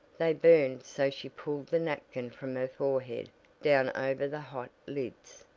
they burned so she pulled the napkin from her forehead down over the hot lids.